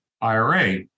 IRA